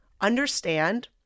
understand